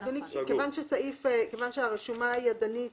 אדוני, כיוון שהרשומה הידנית